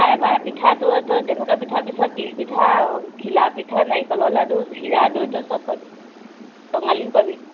পায় পায় পিঠা তোৰ তই যেনেকুৱা পিঠা বিচাৰ তিল পিঠা ঘিলা পিঠা নাৰিকলৰ লাড়ু চিৰা দৈ তই চব পাবি টঙালিও পাবি